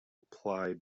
apply